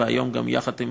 והיום גם יחד עם